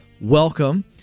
welcome